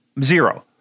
zero